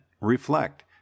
reflect